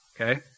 okay